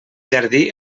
jardí